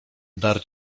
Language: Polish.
dar